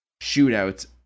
shootouts